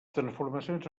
transformacions